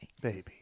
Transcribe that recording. Baby